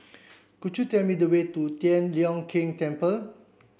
could you tell me the way to Tian Leong Keng Temple